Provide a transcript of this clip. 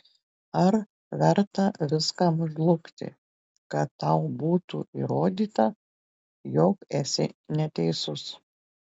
ar verta viskam žlugti kad tau būtų įrodyta jog esi neteisus